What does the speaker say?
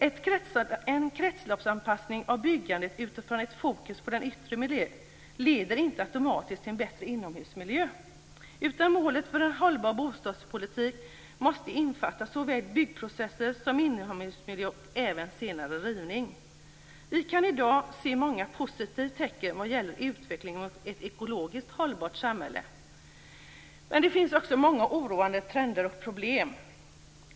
En kretsloppsanpassning av byggnader utifrån ett fokus på den yttre miljön leder inte automatiskt till en bättre inomhusmiljö, utan målet för en hållbar bostadspolitik måste innefatta såväl byggprocesser som inomhusmiljö och även senare rivning. Vi kan i dag se många positiva tecken vad gäller utvecklingen mot ett ekologiskt hållbart samhälle, men det finns också många oroande trender och problem.